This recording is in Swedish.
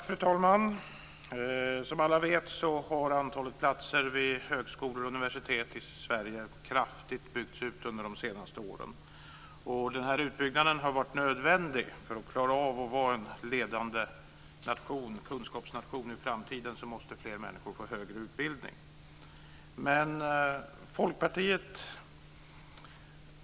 Fru talman! Som alla vet har antalet platser vid högskolor och universitet i Sverige kraftigt byggts ut under de senaste åren. Denna utbyggnad har varit nödvändig. För att man ska klara av att vara en ledande kunskapsnation i framtiden måste fler människor få högre utbildning.